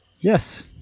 yes